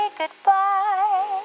goodbye